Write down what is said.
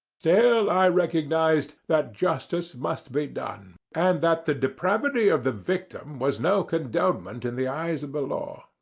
still i recognized that justice must be done, and that the depravity of the victim was no condonment eleven in the eyes of the law.